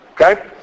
Okay